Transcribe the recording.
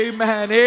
Amen